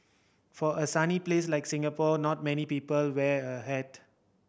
for a sunny place like Singapore not many people wear a hat